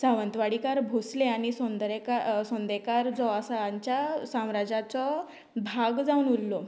सावंतवाडीकार भोंसले आनी सोंदरेकार सोंदेकार जो आसा हांच्या साम्राज्याचो भाग जावन उरलो